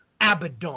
Abaddon